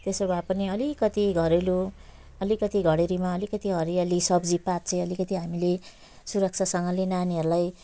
त्यसो भए पनि अलिकति घरेलु अलिकति घडेरीमा अलिकति हरियाली सब्जीपात चाहिँ अलिकति हामीले सुरक्षासँगले नानीहरूलाई